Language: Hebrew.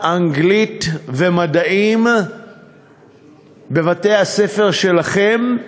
אנגלית ומדעים בבתי-הספר שלכם,